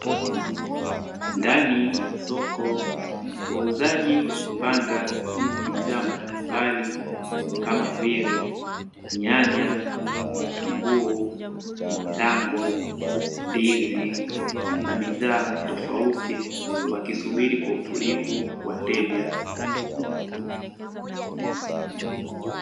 Ndani ya soko wauzaji wamepanga bidhaa mbalimbali kama vile nyanya, vitunguu, matango, ndizi, na bidhaa tofauti wakisuburi kwa utulivu wateja.